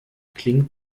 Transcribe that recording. klingt